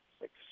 six